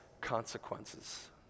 consequences